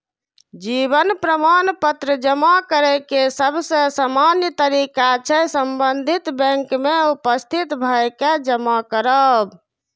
जीवन प्रमाण पत्र जमा करै के सबसे सामान्य तरीका छै संबंधित बैंक में उपस्थित भए के जमा करब